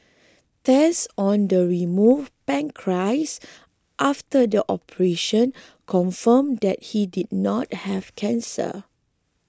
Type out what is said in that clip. tests on the removed pancreas after the operation confirmed that he did not have cancer